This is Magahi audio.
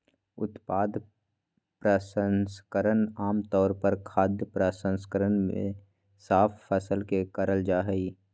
उत्पाद प्रसंस्करण आम तौर पर खाद्य प्रसंस्करण मे साफ फसल के करल जा हई